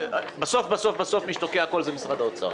בסוף בסוף בסוף מי שתוקע הכול זה משרד האוצר,